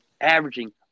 averaging